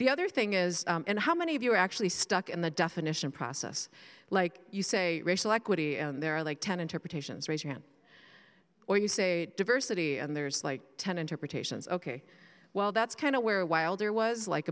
the other thing is and how many of you are actually stuck in the definition process like you say racial equity and there are like ten interpretations raise your hand or you say diversity and there's like ten interpretations ok well that's kind of where wilder was like